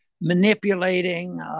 manipulating